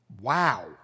Wow